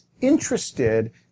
interested